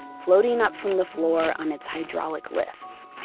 floating up from the floor on its hydraulic lifts